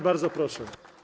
Bardzo proszę.